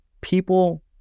people